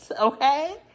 okay